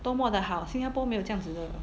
多么的好新加坡没有这样子的